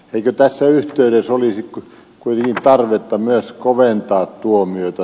eikö tässä yhteydessä olisi kuitenkin tarvetta myös koventaa tuomioita